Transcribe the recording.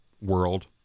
world